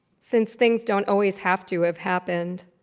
since things don't always have to have happened.